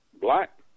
black